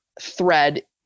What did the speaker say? thread